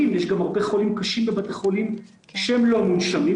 יש גם הרבה חולים קשים בבתי חולים שהם לא מונשמים,